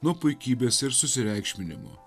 nuo puikybės ir susireikšminimo